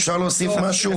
אפשר להוסיף משהו?